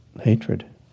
hatred